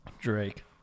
Drake